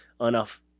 enough